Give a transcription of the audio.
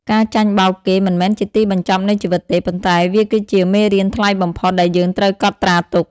ការចាញ់បោកគេមិនមែនជាទីបញ្ចប់នៃជីវិតទេ ប៉ុន្តែវាគឺជា "មេរៀនថ្លៃបំផុត" ដែលយើងត្រូវកត់ត្រាទុក។